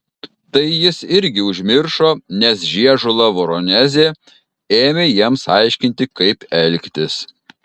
tai jis irgi užmiršo nes žiežula veronezė ėmė jiems aiškinti kaip elgtis